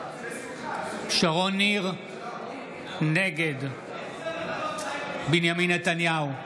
בעד שרון ניר, נגד בנימין נתניהו,